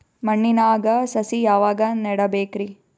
ಮಣ್ಣಿನಾಗ ಸಸಿ ಯಾವಾಗ ನೆಡಬೇಕರಿ?